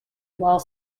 while